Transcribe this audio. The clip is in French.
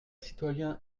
citoyen